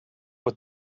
what